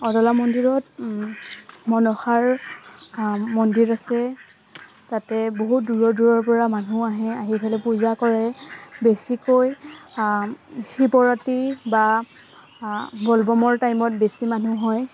অদলা মন্দিৰত মনসাৰ মন্দিৰ আছে তাতে বহুত দূৰৰ দূৰৰপৰা মানুহ আহে আহি পেলাই পূজা কৰে বেছিকৈ শিৱৰাত্ৰি বা ব'লব'মৰ টাইমত বেছি মানুহ হয়